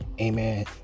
Amen